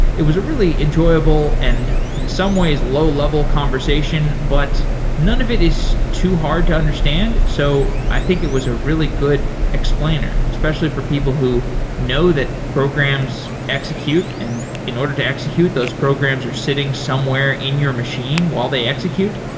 it was a really enjoyable and, in some ways, low level conversation, but none of it is too hard to understand. so i think it was a really good explainer, especially for people who know that programs execute, and in order to execute, those programs are sitting somewhere in your machine while they execute.